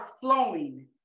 flowing